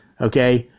okay